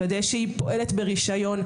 לוודא שהיא פועלת ברישיון.